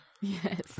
Yes